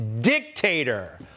dictator